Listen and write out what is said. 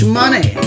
money